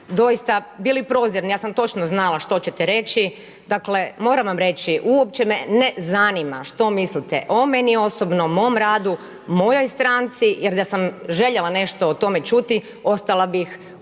doista bili prozirni, ja sam točno znala što ćete reći. Dakle, moram vam reći, uopće me ne zanima, što mislite, o meni osobno, mom radu, mojoj stranci, jer da sam željela nešto o tome čuti, ostala bi u